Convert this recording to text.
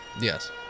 Yes